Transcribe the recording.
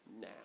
now